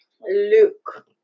Luke